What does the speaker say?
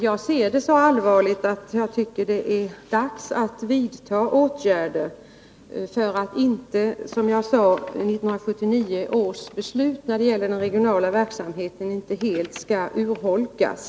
Jag ser det som så allvarligt att jag tycker det är dags att nu vidta åtgärder för att inte 1979 års riksdagsbeslut när det gäller den regionala verksamheten helt skall urholkas.